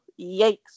yikes